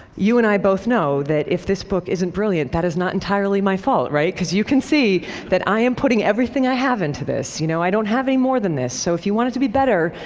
you and i both know that if this book isn't brilliant that is not entirely my fault, right? because you can see that i am putting everything i have into this, you know i don't have any more than this. so if you want it to be better,